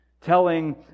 telling